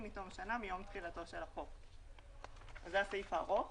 מתום שנה מיום תחילתו של החוק." זה הסעיף הארוך.